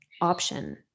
option